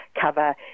cover